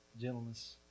gentleness